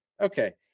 Okay